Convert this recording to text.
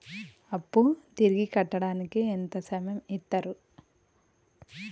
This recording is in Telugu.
అప్పు తిరిగి కట్టడానికి ఎంత సమయం ఇత్తరు?